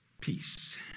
Peace